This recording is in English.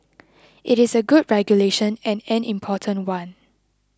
it is a good regulation and an important one